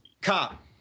Cop